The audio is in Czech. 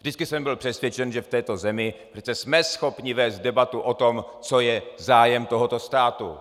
Vždycky jsem byl přesvědčen, že v této zemi přece jsme schopni vést debatu o tom, co je zájem tohoto státu.